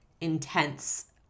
intense